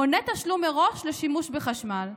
מונה תשלום מראש לשימוש בחשמל.